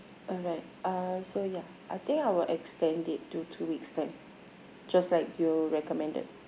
alright uh so ya I think I will extend it to two weeks time just like you recommended